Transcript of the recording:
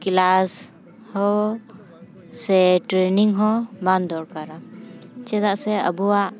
class ᱦᱚᱸ ᱥᱮ training ᱦᱚᱸ ᱵᱟᱝ ᱫᱚᱨᱠᱟᱨᱟ ᱪᱮᱫᱟᱜ ᱥᱮ ᱟᱵᱚᱣᱟᱜ